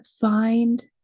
find